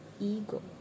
ego